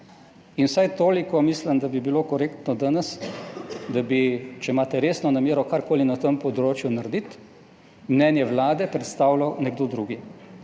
In vsaj toliko mislim, da bi bilo korektno danes, da bi, če imate resno namero karkoli na tem področju narediti, mnenje Vlade predstavljal nekdo drugi.